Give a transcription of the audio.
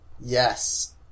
Yes